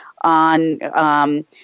on –